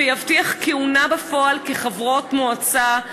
ויבטיח כהונה בפועל כחברות מועצה,